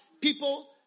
people